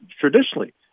traditionally